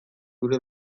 zure